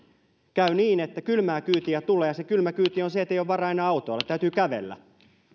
käy niin että kylmää kyytiä tulee ja se kylmä kyyti on se ettei ole varaa enää autoilla täytyy kävellä